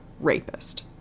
rapist